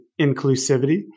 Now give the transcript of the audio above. inclusivity